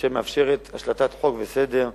שמאפשרת השלטת חוק וסדר,